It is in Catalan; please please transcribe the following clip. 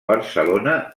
barcelona